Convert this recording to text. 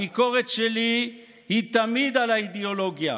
הביקורת שלי היא תמיד על האידיאולוגיה,